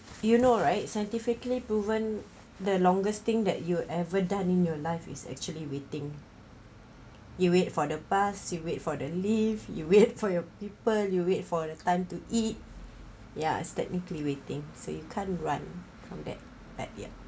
you know right scientifically proven the longest thing that you ever done in your life is actually waiting you wait for the bus you wait for the leave you wait for your people you wait for your time to eat ya it's technically waiting so you can't run from that at ya